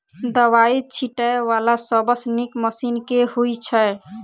दवाई छीटै वला सबसँ नीक मशीन केँ होइ छै?